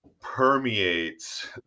permeates